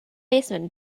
baseman